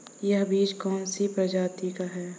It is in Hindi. यह बीज कौन सी प्रजाति का है?